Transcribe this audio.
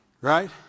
Right